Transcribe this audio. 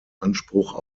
anspruch